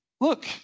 Look